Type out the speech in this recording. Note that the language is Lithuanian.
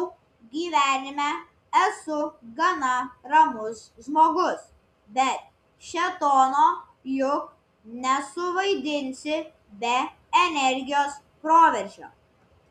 manau gyvenime esu gana ramus žmogus bet šėtono juk nesuvaidinsi be energijos proveržio